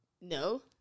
No